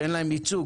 שאין להם ייצוג.